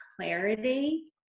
clarity